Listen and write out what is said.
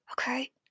okay